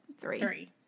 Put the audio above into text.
Three